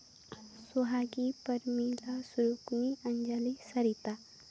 Sohagi Promila Surukuni Anjali Sarita